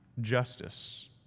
justice